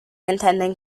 intending